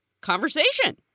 conversation